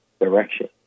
direction